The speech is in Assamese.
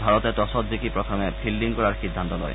ভাৰতে টছত জিকি প্ৰথমে ফিল্ডিং কৰাৰ সিদ্ধান্ত লয়